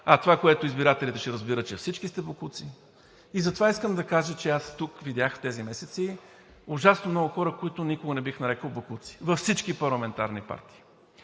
Това, което избирателите ще разбират, че всички сте боклуци, и затова искам да кажа, че аз тук видях тези месеци ужасно много хора, които никога не бих нарекъл боклуци – във всички парламентарни партии,